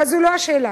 אבל זו לא השאלה.